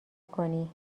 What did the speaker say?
کنی